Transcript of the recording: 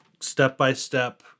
step-by-step